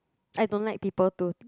I don't like people to